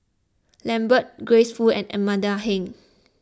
Lambert Grace Fu and Amanda Heng